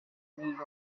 meteorite